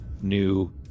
new